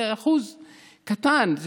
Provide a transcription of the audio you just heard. אחוז קטן,